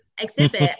exhibit